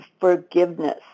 forgiveness